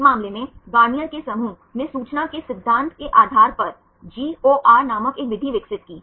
इस मामले में गार्नियर के समूह Garnier's group ने सूचना के सिद्धांत के आधार पर GOR नामक एक विधि विकसित की